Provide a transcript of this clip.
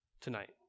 tonight